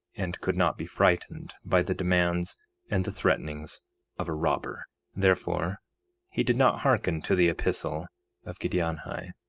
and could not be frightened by the demands and the threatenings of a robber therefore he did not hearken to the epistle of giddianhi,